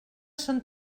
són